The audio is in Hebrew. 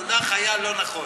המונח היה לא נכון.